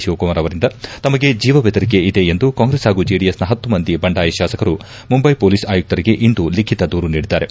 ಶಿವಕುಮಾರ್ ಅವರಿಂದ ತಮಗೆ ಜೀವ ಬೆದರಿಕೆ ಇದೆ ಎಂದು ಕಾಂಗ್ರೆಸ್ ಹಾಗೂ ಜೆಡಿಎಸ್ನ ಹತ್ತು ಮಂದಿ ಬಂಡಾಯ ಶಾಸಕರು ಮುಂಬೈ ಪೊಲೀಸ್ ಆಯುಕ್ತರಿಗೆ ಇಂದು ಲಿಖಿತ ದೂರು ನೀಡಿದ್ದಾರೆ